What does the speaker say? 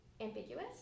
ambiguous